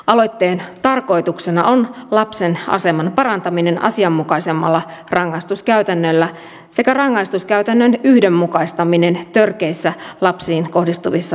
aloitteen tarkoituksena on lapsen aseman parantaminen asianmukaisemmalla rangaistuskäytännöllä sekä rangaistuskäytännön yhdenmukaistaminen törkeissä lapsiin kohdistuvissa seksuaalisissa hyväksikäyttörikoksissa